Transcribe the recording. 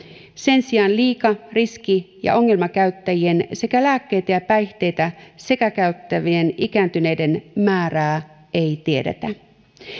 sen sijaan liika riski ja ongelmakäyttäjien sekä lääkkeitä ja päihteitä sekakäyttävien ikääntyneiden määrää ei tiedetä